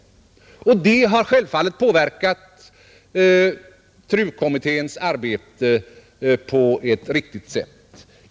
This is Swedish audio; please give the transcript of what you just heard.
Det har självfallet påverkat TRU-kommitténs arbete på ett riktigt sätt.